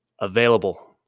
available